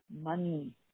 money